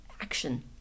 action